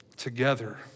together